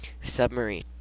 submarine